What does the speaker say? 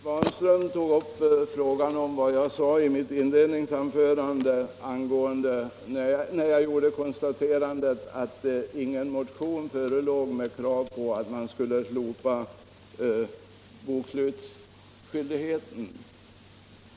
Herr talman! Herr Svanström tog upp vad jag sade i mitt inledningsanförande när jag gjorde konstaterandet att ingen motion förelåg med krav på slopande av bokslutsskyldighet.